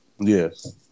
Yes